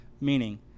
meaning